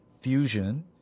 fusion